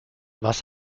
was